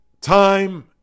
time